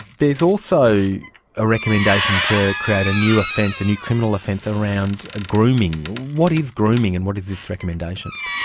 there's also a recommendation to create a new offence, a new criminal offence, around ah grooming. what is grooming and what is this recommendation?